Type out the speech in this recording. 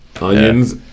Onions